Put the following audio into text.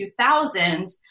2000